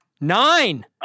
Nine